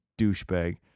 douchebag